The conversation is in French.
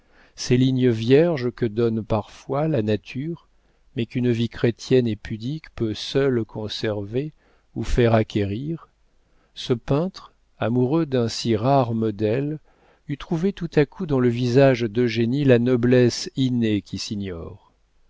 ces lignes vierges que donne parfois la nature mais qu'une vie chrétienne et pudique peut seule conserver ou faire acquérir ce peintre amoureux d'un si rare modèle eût trouvé tout à coup dans le visage d'eugénie la noblesse innée qui s'ignore